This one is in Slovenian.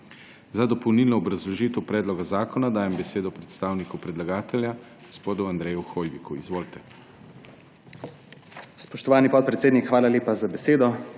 Za dopolnilno obrazložitev predloga zakona dajem besedo predstavnici predlagatelja, kolegici Alenki Helbl. Izvolite.